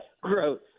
gross